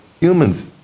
humans